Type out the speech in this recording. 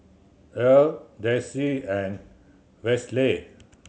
Earl Desi and Westley